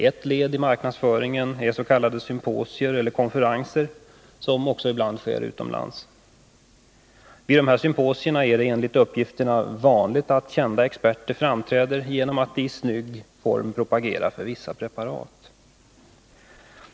Ett led i marknadsföringen är att man anordnar s.k. symposier och konferenser, som ibland sker utomlands. Vid dessa symposier är det enligt de uppgifter som lämnats vanligt att kända experter framträder och propagerar för vissa preparat i snygg form.